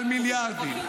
את לא היית בדיון הקודם.